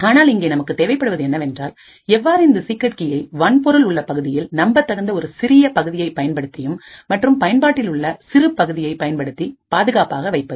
ஆனால் இங்கேநமக்கு தேவைப்படுவது என்னவென்றால்எவ்வாறு இந்த சீக்ரெட் கீயை வன்பொருள் உள்ள பகுதியில் நம்பத்தகுந்த ஒரு சிறிய பகுதியை பயன்படுத்தியும் மற்றும் பயன்பாட்டில் உள்ள சிறு பகுதியை பயன்படுத்தி பாதுகாப்பாக வைப்பது